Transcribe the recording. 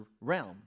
realm